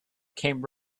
came